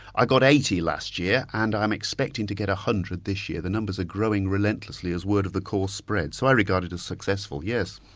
i got eighty last year and i'm expecting to get one hundred this year. the numbers are growing relentlessly as word of the course spreads. so i regard it as successful, yes.